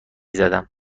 زدم